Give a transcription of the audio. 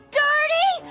dirty